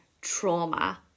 trauma